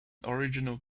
original